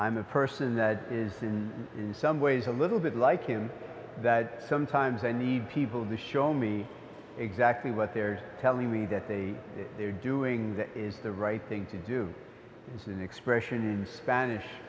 am a person that is in some ways a little bit like him that sometimes i need people to show me exactly what they are telling me that they are doing that is the right thing to do is an expression in spanish